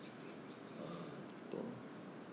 uh